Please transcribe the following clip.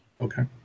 Okay